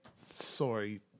sorry